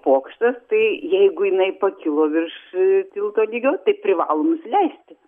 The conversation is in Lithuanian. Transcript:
pokštas tai jeigu jinai pakilo virš tilto lygio tai privalo nusileisti